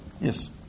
Yes